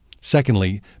Secondly